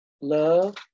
love